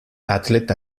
atleta